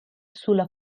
sulla